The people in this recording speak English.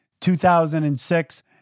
2006